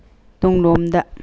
ꯇꯨꯡꯂꯣꯝꯗ